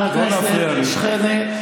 אנחנו גם, חבר הכנסת שחאדה, לא להפריע לי.